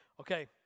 Okay